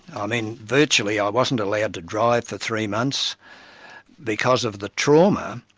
i mean virtually i wasn't allowed to drive for three months because of the trauma,